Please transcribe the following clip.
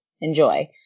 Enjoy